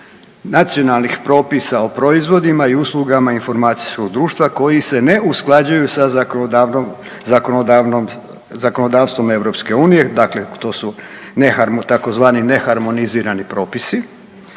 nacionalnih propisa o proizvodima i usluga informacijskog društva koji se ne usklađuju sa zakonodavnom, zakonodavnom, zakonodavstvom EU.